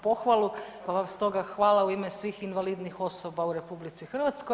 pohvalu, pa vam stoga hvala u ime svih invalidnih osoba u RH.